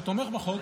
שתומך בחוק,